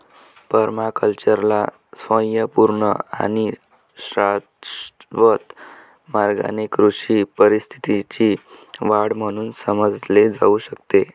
पर्माकल्चरला स्वयंपूर्ण आणि शाश्वत मार्गाने कृषी परिसंस्थेची वाढ म्हणून समजले जाऊ शकते